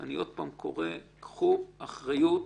קחו אחריות,